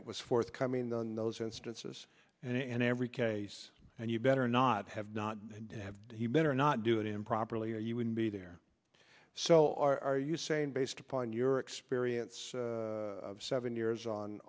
it was forthcoming on those instances in every case and you better not have not have he better not do it improperly or you wouldn't be there so are you saying based upon your experience seven years on